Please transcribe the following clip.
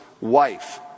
wife